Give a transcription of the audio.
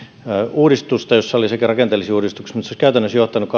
uudistusta jossa oli rakenteellisia uudistuksia mutta se olisi käytännössä johtanut